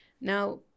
now